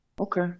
Okay